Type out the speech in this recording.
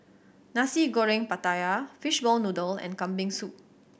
Nasi Goreng Pattaya Fishball Noodle and Kambing Soup